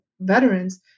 veterans